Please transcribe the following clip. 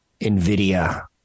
NVIDIA